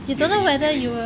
C_O_E C_O_E